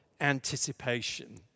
anticipation